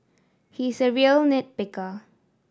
he is a real nit picker